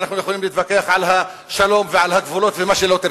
ואנחנו יכולים להתווכח על השלום ועל הגבולות ומה שלא תרצה.